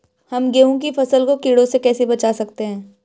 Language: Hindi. हम गेहूँ की फसल को कीड़ों से कैसे बचा सकते हैं?